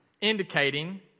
indicating